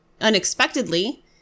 unexpectedly